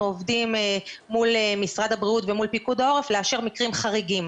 עובדים מול משרד הבריאות ומול פיקוד העורף לאשר מקרים חריגים,